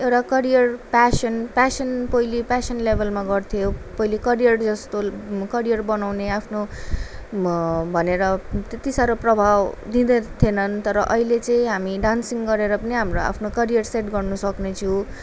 एउटा career passion passion पहिले passion लेभेलमा गर्थ्यो पहिले करियर जस्तो करियर बनाउने आफ्नो भनेर त्यति साह्रो प्रभाव दिँदै थिएनन् तर अहिले चाहिँ हामी डान्सिङ गरेर पनि हाम्रो आफ्नो करियर सेट गर्नसक्ने छु